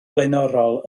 flaenorol